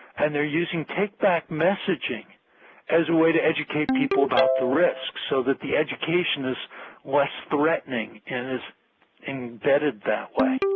and they are using take-back messaging as a way to educate people about the risks so that the education is what is threatening and is embedded that way.